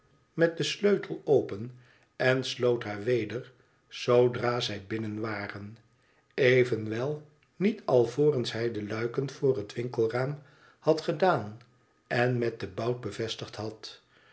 met den sleutel open en sloot haar weder zoodra zij binnen waren evenwel niet alvorens hij de luiken voor het winkelraam had gedaan en met den bout bevestigd had